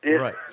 Right